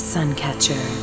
Suncatcher